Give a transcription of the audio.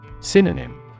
Synonym